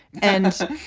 and so